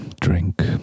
Drink